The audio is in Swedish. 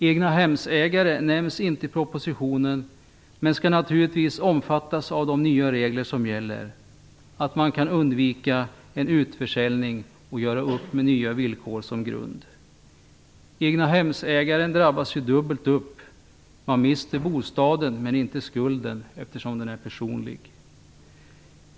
Egnahemsägare nämns inte i propositionen men skall naturligtvis omfattas av de nya regler som gäller, innebärande att man kan undvika en utförsäljning och göra upp med nya villkor som grund. Egnahemsägaren drabbas ju dubbelt. Han mister bostaden men inte skulden, eftersom den är personlig.